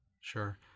Sure